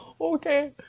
Okay